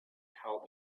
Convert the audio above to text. help